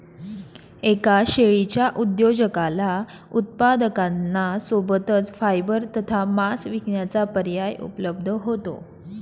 एका शेळीच्या उद्योजकाला उत्पादकांना सोबतच फायबर तथा मांस विकण्याचा पर्याय उपलब्ध होतो